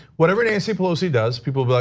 whatever nancy pelosi does, people will